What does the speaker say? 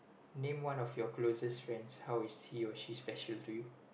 name one of your closest friends how is he or she special to you